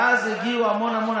מאז הגיעו המון המון.